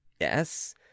Yes